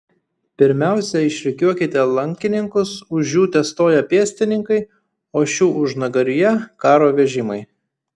pirmiausia išrikiuokite lankininkus už jų testoja pėstininkai o šių užnugaryje karo vežimai